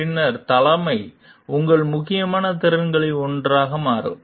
பின்னர் தலைமை உங்கள் முக்கியமான திறன்களில் ஒன்றாக மாறும்